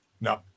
No